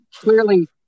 clearly